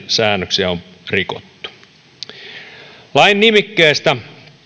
säännöksiä on rikottu lain nimikkeestä